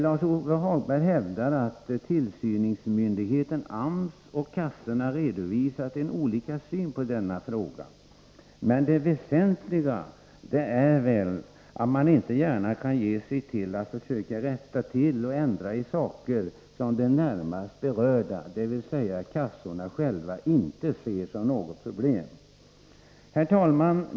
Lars-Ove Hagberg hävdar att tillsynsmyndigheten, AMS, och kassorna har redovisat olika syn på denna fråga. Men det väsentliga är väl att man inte gärna kan ge sig till att försöka rätta till och ändra saker som de närmast berörda, dvs. kassorna själva, inte ser som något problem. Herr talman!